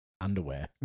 underwear